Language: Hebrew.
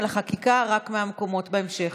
על החקיקה, רק מהמקומות, בהמשך.